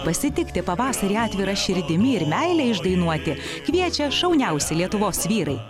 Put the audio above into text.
pasitikti pavasarį atvira širdimi ir meilę išdainuoti kviečia šauniausi lietuvos vyrai